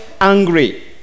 angry